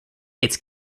its